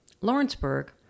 Lawrenceburg